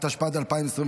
התשפ"ד 2024,